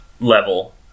level